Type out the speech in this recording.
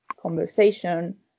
conversation